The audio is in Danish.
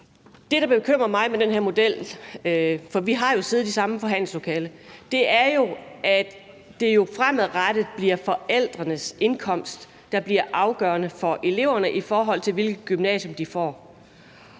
Det, der bekymrer mig ved den her model – for vi har jo siddet i samme forhandlingslokale – er, at det fremadrettet bliver forældrenes indkomst, der bliver afgørende for eleverne, i forhold til hvilket gymnasium de får.